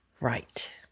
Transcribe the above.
Right